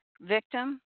victim